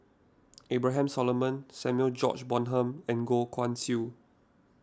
Abraham Solomon Samuel George Bonham and Goh Guan Siew